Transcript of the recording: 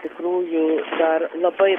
iš tikrųjų dar labai